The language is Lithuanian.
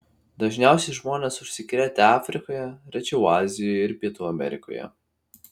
dažniausiai žmonės užsikrėtė afrikoje rečiau azijoje ir pietų amerikoje